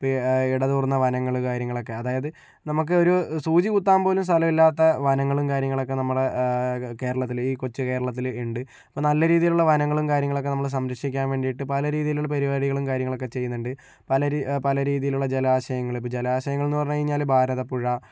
ഇപ്പോൾ ഇടതൂർന്ന വനങ്ങൾ കാര്യങ്ങളൊക്കെ അതായത് നമുക്ക് ഒരു സൂചി കുത്താൻ പോലും സ്ഥലമില്ലാത്ത വനങ്ങളും കാര്യങ്ങളൊക്കെ നമ്മുടെ കേരളത്തിൽ ഈ കൊച്ചു കേരളത്തിൽ ഉണ്ട് നല്ല രീതിയിലുള്ള വനങ്ങളും കാര്യങ്ങളുമൊക്കെ നമ്മൾ സംരക്ഷിക്കാൻ വേണ്ടിയിട്ട് പല രീതിയിലുള്ള പരിപാടികളും കാര്യങ്ങളൊക്കെ പെയ്യുന്നുണ്ട് പല പലരീതിയിലുള്ള ജലാശയങ്ങൾ ജലാശയങ്ങൾ എന്ന് പറഞ്ഞ് കഴിഞ്ഞാൽ ഇപ്പോൾ ഭാരതപ്പുഴ